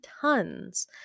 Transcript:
tons